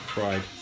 Pride